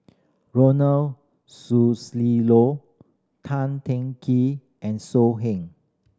Ronald Susilo Tan Teng Kee and So Heng